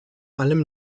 allem